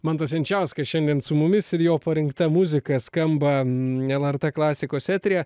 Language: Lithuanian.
mantas jančiauskas šiandien su mumis ir jo parinkta muzika skamba lrt klasikos teatre